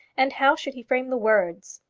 and how should he frame the words?